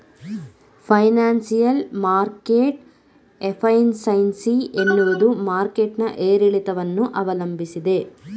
financial market efficiency ಎನ್ನುವುದು market ನ ಏರಿಳಿತವನ್ನು ಅವಲಂಬಿಸಿದೆ